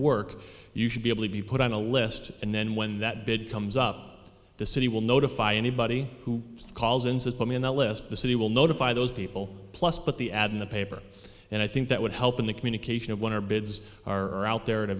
work you should be able to be put on a list and then when that bid comes up the city will notify anybody who calls and says put me in that list the city will notify those people plus put the ad in the paper and i think that would help in the communication of what our bids are out there